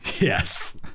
yes